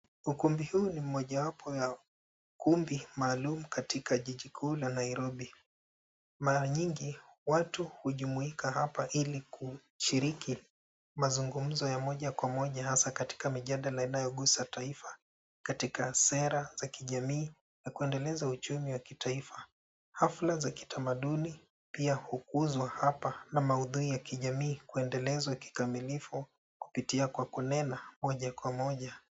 Ukumbi huu ni mojawapo ya kumbi maalum katika jiji kuu la Nairobi. Mara nyingi watu hujumuika hapa ili kushiriki mazungumzo ya moja wa moja hasa katika mijadala inayogusa taifa katika sera za kijamii na kuendeleza uchumi wa kitaifa. Hafla za kitamaduni pia hukuzwa hapa na maudhui ya kijamii kuendelezwa kikamilifu kupitia kwa kunena moja kwa moja.